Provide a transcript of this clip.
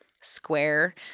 square